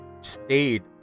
stayed